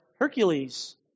Hercules